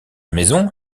maison